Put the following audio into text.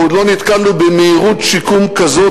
אנחנו עוד לא נתקלנו במהירות שיקום כזאת.